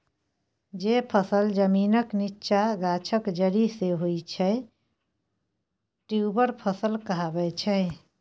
जे फसल जमीनक नीच्चाँ गाछक जरि सँ होइ छै ट्युबर फसल कहाबै छै